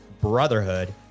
BROTHERHOOD